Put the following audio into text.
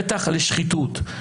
פתח לשחיתות.